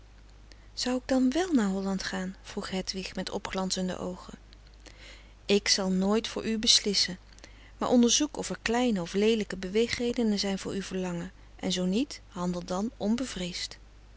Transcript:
zou ik dan wèl naar holland gaan vroeg hedwig met opglanzende oogen frederik van eeden van de koele meren des doods ik zal nooit voor u beslissen maar onderzoek of er kleine of leelijke beweegredenen zijn voor uw verlangen en zoo niet handel dan onbevreesd